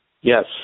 Yes